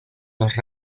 les